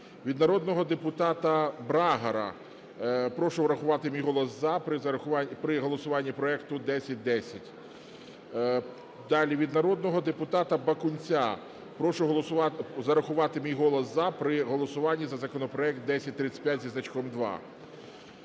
Від народного депутата Брагара: "Прошу врахувати мій голос "за" при голосуванні проекту 1010". Далі. Від народного депутата Бакунця: "Прошу зарахувати мій голос "за" при голосуванні за законопроект 1035 зі значком 2".